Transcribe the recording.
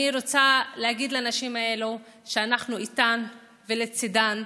אני רוצה להגיד לנשים האלה שאנחנו איתן ולצידן,